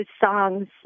songs